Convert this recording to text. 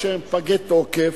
או שפג תוקפם,